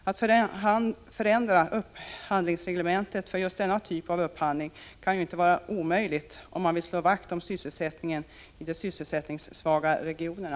Att förändra upphandlingsreglementet för just denna typ av upphandling kan ju inte vara omöjligt, om man vill slå vakt om sysselsättningen i de sysselsättningssvaga regionerna.